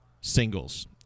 singles